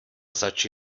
zač